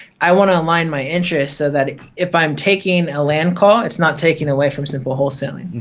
i wanna align my interests so that if i'm taking a land call, it's not taking away from simple wholesaling.